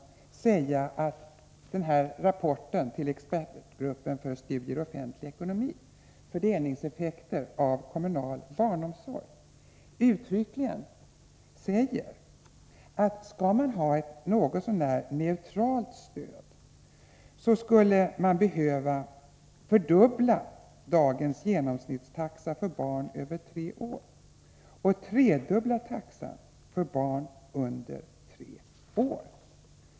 Låg mig också säga att det i rapporten till expertgruppen för studier i offentlig ekonomi, Fördelningseffekter av kommunal barnomsorg, uttryckligen sägs att skall man ha ett något så när neutralt stöd, skulle man behöva fördubbla dagens genomsnittstaxa för barn över tre år i den kommunala barnomsorgen och tredubbla taxan för barn under tre år.